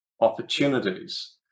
opportunities